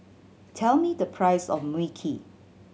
tell me the price of Mui Kee